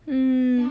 mm